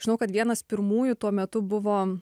žinau kad vienas pirmųjų tuo metu buvo